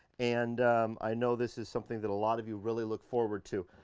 and i know this is something that a lot of you really look forward to.